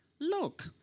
Look